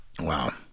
Wow